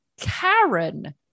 Karen